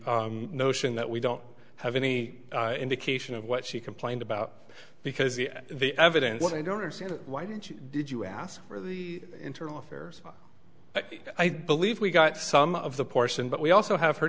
notion that we don't have any indication of what she complained about because the the evidence i don't see why did you did you ask for the internal affairs i believe we got some of the portion but we also have her